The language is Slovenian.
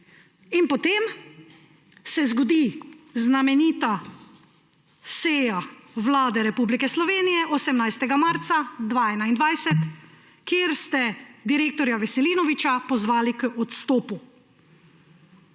Potem se zgodi znamenita seja Vlade Republike Slovenije 18. marca 2021, kjer ste direktorja Veselinoviča pozvali k odstopu.